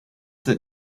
that